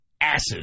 asses